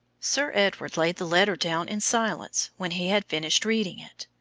sir edward laid the letter down in silence when he had finished reading it.